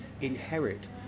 inherit